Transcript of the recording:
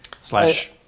slash